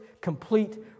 complete